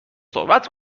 صحبت